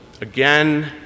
again